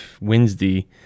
Wednesday